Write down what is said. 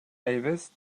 elvis